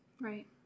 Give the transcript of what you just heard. Right